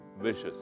vicious